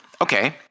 Okay